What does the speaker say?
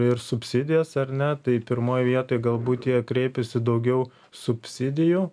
ir subsidijas ar ne tai pirmoj vietoj galbūt jie kreipiasi daugiau subsidijų